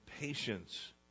patience